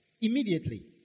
immediately